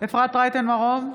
אפרת רייטן מרום,